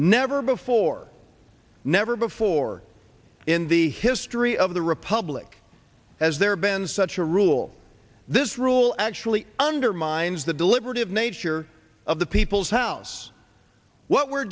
never before never before in the history of the republic has there been such a rule this rule actually undermines the deliberative nature of the people's house what we're